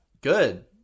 Good